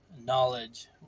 knowledge